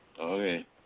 Okay